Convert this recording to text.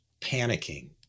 panicking